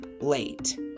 late